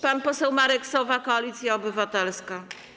Pan poseł Marek Sowa, Koalicja Obywatelska.